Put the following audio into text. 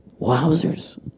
Wowzers